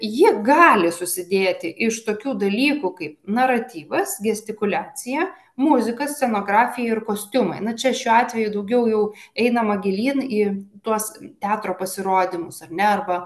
ji gali susidėti iš tokių dalykų kaip naratyvas gestikuliacija muzika scenografija ir kostiumai na čia šiuo atveju daugiau jau einama gilyn į tuos teatro pasirodymus ar ne arba